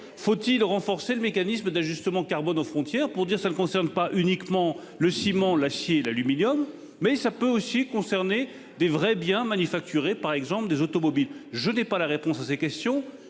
Faut-il renforcer le mécanisme d'ajustement carbone aux frontières pour dire ça ne concerne pas uniquement le ciment, l'acier, l'aluminium, mais ça peut aussi concerner des vrais biens manufacturés par exemple des automobiles. Je n'ai pas la réponse à ces questions,